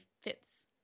fits